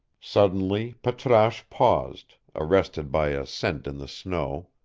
suddenly patrasche paused, arrested by a scent in the snow,